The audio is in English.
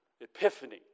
Epiphany